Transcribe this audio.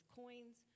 coins